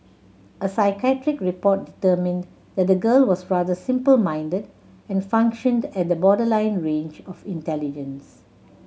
a psychiatric report determined that the girl was rather simple minded and functioned at the borderline range of intelligence